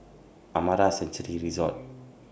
Amara Sanctuary Resort